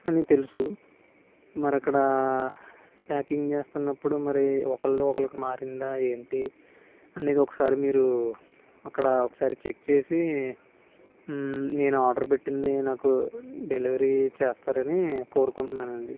అని తెలుసు మరి అక్కడ ప్యాకింగ్ చేస్తున్నప్పుడు మరి ఒకళ్ళు ఒకరికి మారిందా ఏంటి అనేది ఒకసారి మీరు అక్కడ ఒకసారి చెక్ చేసి నేను ఆర్డర్ పెట్టింది నాకు డెలివరీ చేస్తారని కోరుకుంటున్నానండి